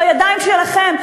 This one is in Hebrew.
בידיים שלכם,